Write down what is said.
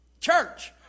church